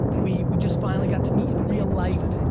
we we just finally got to meet in real life.